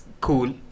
cool